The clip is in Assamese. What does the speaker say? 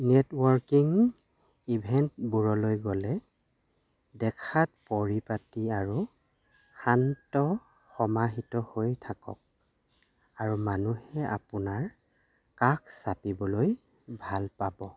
নেটৱৰ্কিং ইভেণ্টবোৰলৈ গ'লে দেখাত পৰিপাটি আৰু শান্ত সমাহিত হৈ থাকক আৰু মানুহে আপোনাৰ কাষ চাপিবলৈ ভাল পাব